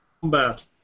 combat